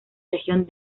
región